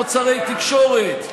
רפורמה ביבוא האישי, הוזלת מוצרי תקשורת,